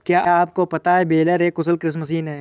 क्या आपको पता है बेलर एक कुशल कृषि मशीन है?